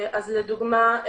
לדוגמה,